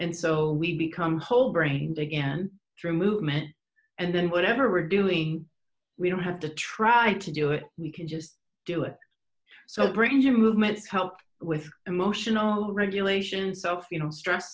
and so we become whole brain again dream movement and then whatever are doing we don't have to try to do it we can just do it so bring your movements help with emotional regulation so you know stress